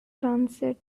transcend